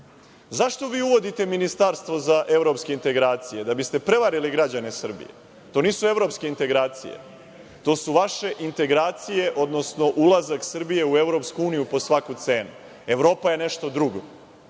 vi uvodite ministarstvo za evropske integracije? Da biste prevarili građane Srbije. To nisu evropske integracije, to su vaše integracije, odnosno ulazak Srbije u EU po svaku cenu. Evropa je nešto drugo.